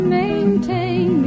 maintain